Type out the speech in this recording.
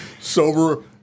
Sober